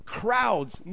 crowds